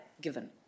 given